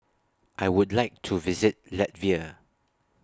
I Would like to visit Latvia